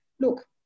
look